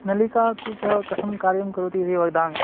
नलिका कूपः कथं कार्यं करोति इति वदामि